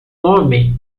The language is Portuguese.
homem